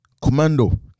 Commando